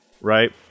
right